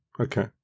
Okay